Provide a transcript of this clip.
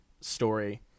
story